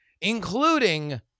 Including